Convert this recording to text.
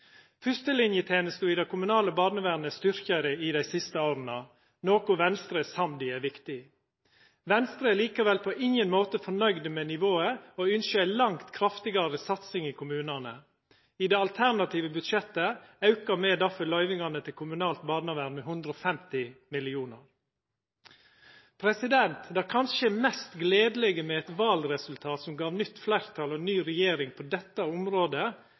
Fyrstelinetenesta i det kommunale barnevernet er styrkt dei siste åra, noko Venstre er samd i er viktig. Venstre er likevel på ingen måte fornøgd med nivået og ynskjer ei langt kraftigare satsing i kommunane. I det alternative budsjettet aukar me derfor løyvingane til kommunalt barnevern med 150 mill. kr. På dette området er kanskje det mest gledelege med eit valresultat som ga nytt fleirtal og ny regjering,